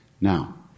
Now